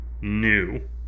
new